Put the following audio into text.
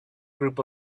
group